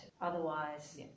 Otherwise